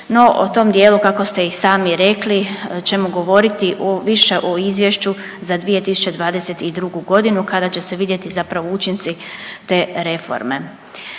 no o tom dijelu kako ste i sami rekli ćemo govoriti u više u izvješću za 2022. godinu kada će se vidjeti zapravo učinci te reforme.